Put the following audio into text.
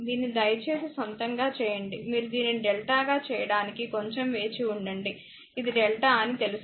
దీన్ని దయచేసి సొంతగా చేయండి మీరు దీనిని డెల్టా గా చేయడానికి కొంచెం వేచివుండండి ఇది డెల్టా అని తెలుసు